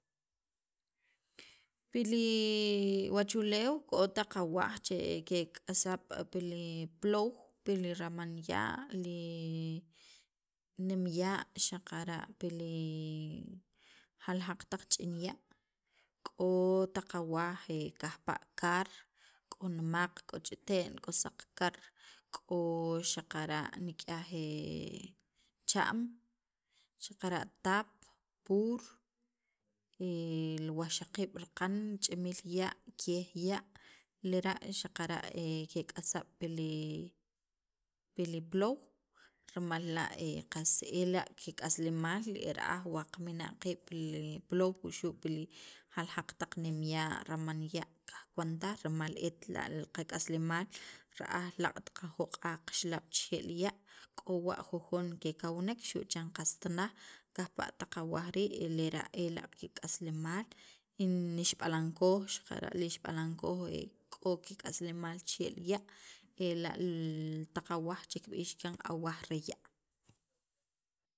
Pi li wachuleew k'o taq awaj che kek'asab' pi li ploow, pi li ramanya', li nemya' xaqara' pi li jaljaq taq ch'inya' k'o taq awaj kajpa' kar, k'o nemaq k'o ch'ite'en, k'o saq kar, k'o xaqara' nik'yaj cha'm xaqara'tap, pur, li wajxaqiib' raqan, ch'imiil ya', kiyeej ya' lera' xaqara' kek'asab' pi li pi li ploow rimal la' qas ela' kik'aslemaal, ra'aj wa qamina' qiib' pi li ploow wuxu' pi li jaljaq taq nemya', ramanya' kajkawantaj rimal et la' qak'aslemaal ra'aj laaq't qajoq'aj qixlab' chixe' li ya', k'o wa jujon kekawnek xu' chan qast naj kajpa' taq awaj rii', ela' kik'aslemaal li ixb'alankon, li ixb'alankoj k'o kik'aslemaal chixe' ya' ela' taq awaj kib'ix chikyan awaj re ya'.